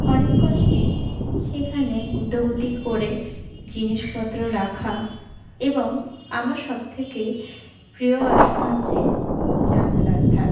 অনেক কষ্টে সেখানে গুঁতোগুঁতি করে জিনিসপত্র রাখা এবং আমার সবথেকে প্রিয় আসন হচ্ছে জানলার ধার